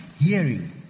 hearing